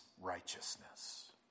righteousness